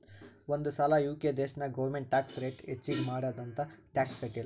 ಒಂದ್ ಸಲಾ ಯು.ಕೆ ದೇಶನಾಗ್ ಗೌರ್ಮೆಂಟ್ ಟ್ಯಾಕ್ಸ್ ರೇಟ್ ಹೆಚ್ಚಿಗ್ ಮಾಡ್ಯಾದ್ ಅಂತ್ ಟ್ಯಾಕ್ಸ ಕಟ್ಟಿಲ್ಲ